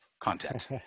content